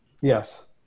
Yes